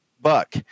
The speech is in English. buck